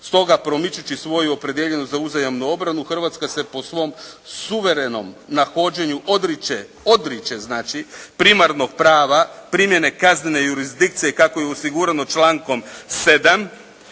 stoga promičući svoju opredijeljenost za uzajamnu obranu Hrvatska se po svom suverenom nahođenju odriče, odriče znači primarnog prava primjene kaznene jurisdikcije kako je osigurano člankom 7.